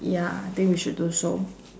ya think we should do so